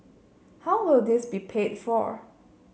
how will this be paid for